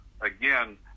Again